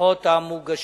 בדוחות המוגשים.